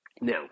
Now